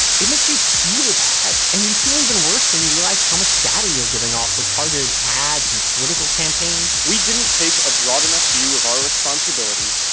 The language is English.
it makes you feel bad. and you feel even worse when you realize how much data you're giving off for targeted ads, and political campaigns. we didn't take a broad enough view of our responsibility,